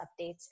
updates